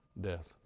death